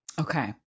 Okay